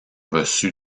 reçu